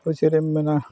ᱛᱳ ᱪᱮᱫ ᱮᱢ ᱢᱮᱱᱟ